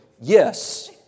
yes